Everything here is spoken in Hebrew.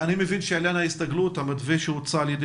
אני מבין שלעניין ההסתגלות המתווה שהוצע על ידי